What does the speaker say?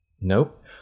Nope